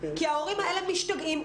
כי ההורים האלה משתגעים,